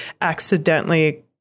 accidentally